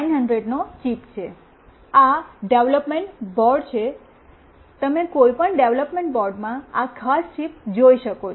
આ development board છે તમે કોઈપણ ડેવલપમેન્ટ બોર્ડમાં આ ખાસ ચિપ જોઈ શકો છો